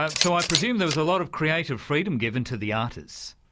ah so i presume there was a lot of creative freedom given to the artists.